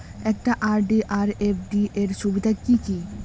একটা আর.ডি আর এফ.ডি এর সুবিধা কি কি?